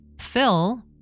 Phil